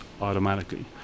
automatically